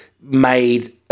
made